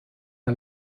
her